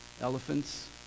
elephants